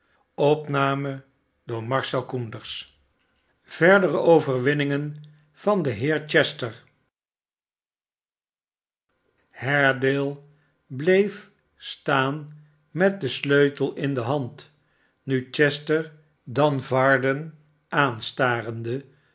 verdere overwinningen van den heer chester haredale bleef staan met den sleutel in de hand nu chester dan varden aanstarende